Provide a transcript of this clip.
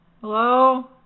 hello